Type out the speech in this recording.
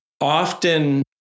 often